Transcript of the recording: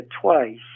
twice